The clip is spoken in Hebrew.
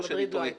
במדריד לא הייתי.